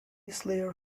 slayer